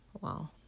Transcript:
Wow